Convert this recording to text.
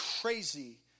crazy